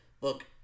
look